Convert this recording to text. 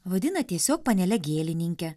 vadina tiesiog panele gėlininke